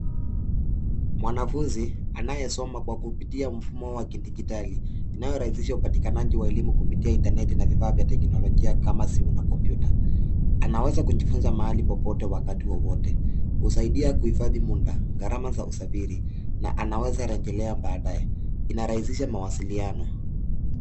Mwanafunzi anayesoma kwa kupitia mfumo wa kidijitali inayorahisisha upatikanaji wa elimu kupitia intaneti na vifaa vya teknolojia kama simu na kompyuta anaweza kujifunza mahali popote wakati wowote. Husaidia kuhifadhi muda, gharama za usafiri na anaweza rejelea badae. Inarahisisha mawasiliano.